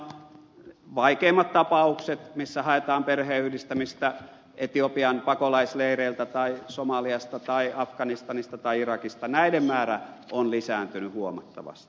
vaikeimpien tapausten määrä missä haetaan perheenjäseniä etiopian pakolaisleireiltä tai somaliasta tai afganistanista tai irakista on lisääntynyt huomattavasti